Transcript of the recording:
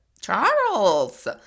Charles